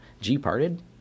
G-parted